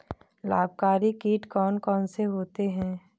लाभकारी कीट कौन कौन से होते हैं?